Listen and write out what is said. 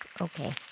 Okay